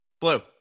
Blue